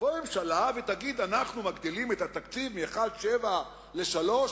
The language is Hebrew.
תבוא הממשלה ותגיד: אנחנו מגדילים את התקציב מ-1.7 ל-3,